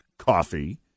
coffee